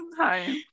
Hi